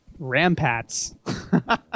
Rampats